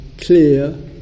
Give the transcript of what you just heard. clear